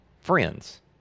friends